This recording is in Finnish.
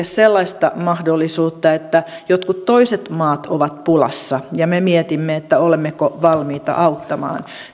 sellaista mahdollisuutta että jotkut toiset maat ovat pulassa ja me mietimme olemmeko valmiita auttamaan